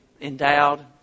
endowed